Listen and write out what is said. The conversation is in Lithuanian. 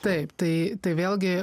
taip tai tai vėlgi